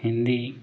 Hindi